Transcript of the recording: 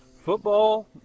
Football